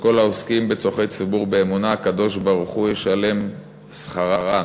ש"כל העוסקים בצורכי ציבור באמונה הקדוש-ברוך-הוא ישלם שכרם",